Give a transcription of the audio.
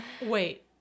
Wait